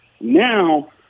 Now